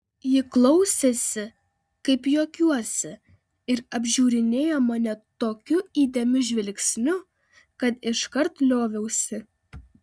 ji klausėsi kaip juokiuosi ir apžiūrinėjo mane tokiu įdėmiu žvilgsniu kad iškart lioviausi